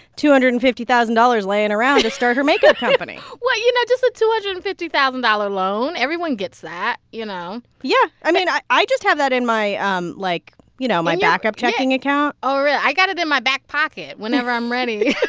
two hundred and fifty thousand dollars laying around to start her makeup company well, you know, just a two hundred and fifty thousand dollars loan. everyone gets that, you know? know? yeah. i mean, i i just have that in my um like, you know, my backup checking account oh, really? i got it in my back pocket. whenever i'm ready.